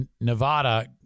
Nevada